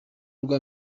rwa